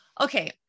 Okay